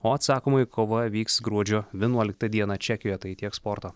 o atsakomoji kova vyks gruodžio vienuoliktą dieną čekijoje tai tiek sporto